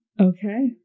okay